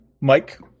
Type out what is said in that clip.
Mike